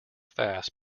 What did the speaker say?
fast